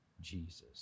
Jesus